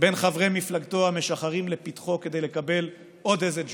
בין חברי מפלגתו המשחרים לפתחו כדי לקבל עוד איזה ג'וב,